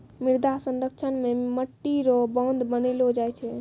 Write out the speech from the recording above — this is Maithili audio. मृदा संरक्षण मे मट्टी रो बांध बनैलो जाय छै